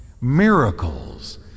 Miracles